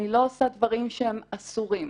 אני לא עושה דברים שהם אסורים.